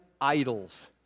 idols